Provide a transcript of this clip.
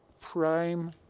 prime